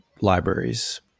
libraries